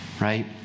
right